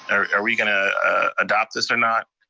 are we gonna adopt this or not?